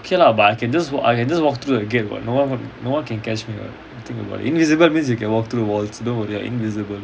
okay lah but I can just walk I can just walk through the gate [what] no one wa~ no one can catch me [what] if you think about it invisible means you can walk through walls don't worry you are invisible